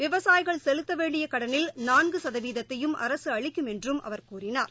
விவசாயிகள் செலுத்த வேண்டிய கடனில் நான்கு கதவீதத்தையும் அரசு அளிக்கும் என்றும் அவர் கூறினார்